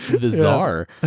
Bizarre